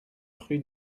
rue